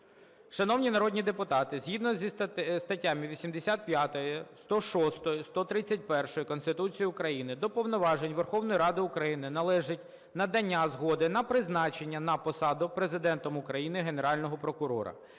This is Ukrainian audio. Шановні народні депутати, згідно зі статтями 85, 106, 131 Конституції України до повноважень Верховної Ради України належить надання згоди на призначення на посаду Президентом України Генерального прокурора.